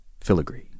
filigree